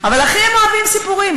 אבל הכי הם אוהבים סיפורים.